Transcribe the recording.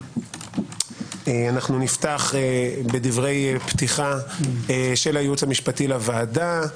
אנחנו נפתח בדברי פתיחה של הייעוץ המשפטי לוועדה,